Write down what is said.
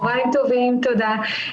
צהרים טובים, תודה.